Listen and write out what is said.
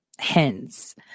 Hence